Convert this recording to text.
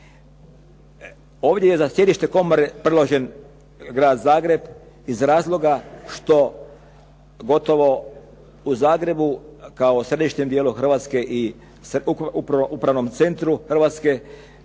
Ovdje je za sjedište predložen grad Zagreb, iz razloga što gotovo u Zagrebu kao središnjem dijelu Hrvatske i upravnom centru Hrvatske